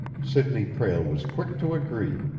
sidney prale was quick to agree.